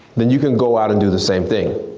then you can go out and do the same thing.